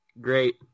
Great